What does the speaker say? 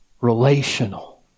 relational